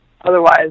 Otherwise